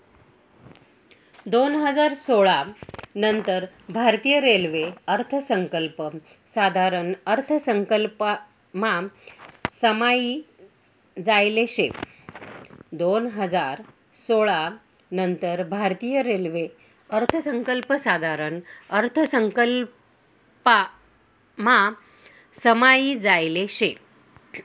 दोन हजार सोळा नंतर भारतीय रेल्वे अर्थसंकल्प साधारण अर्थसंकल्पमा समायी जायेल शे